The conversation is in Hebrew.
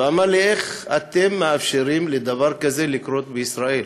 ואמר לי: איך אתם מאפשרים לדבר כזה לקרות בישראל?